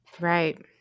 Right